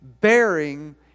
bearing